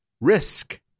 Risk